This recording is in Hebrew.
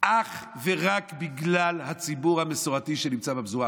אך ורק בגלל הציבור המסורתי שנמצא בפזורה.